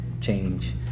change